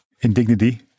indignity